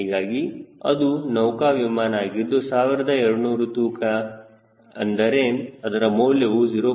ಹೀಗಾಗಿ ಅದು ನೌಕಾ ವಿಮಾನ ಆಗಿದ್ದು 1200 ತೂಕ ಎಂದರೆ ಅದರ ಮೌಲ್ಯವು 0